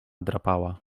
drapała